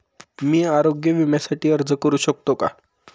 मी आरोग्य विम्यासाठी अर्ज करू शकतो का?